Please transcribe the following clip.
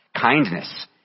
kindness